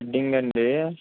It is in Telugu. వెడ్డింగ్ అండి